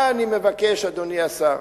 מה אני מבקש, אדוני השר?